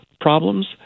problems